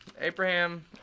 Abraham